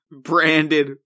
branded